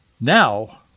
now